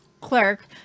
clerk